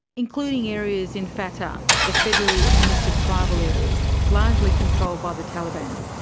including areas in fata, the federally administered tribal areas, largely controlled by the taliban.